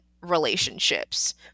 relationships